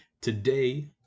Today